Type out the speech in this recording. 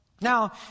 Now